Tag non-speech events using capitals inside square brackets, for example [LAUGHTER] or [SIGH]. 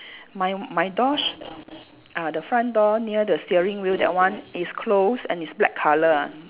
my my door~ sh~ [NOISE] ah the front door near the steering wheel that one is closed and it's black colour ah